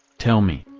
tell me.